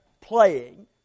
playing